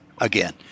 again